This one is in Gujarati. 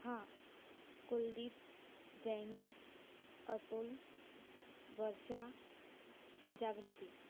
હા કુલદીપ જૈનિશ અતુલ વર્ષા જાગૃતિ